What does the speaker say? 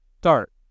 start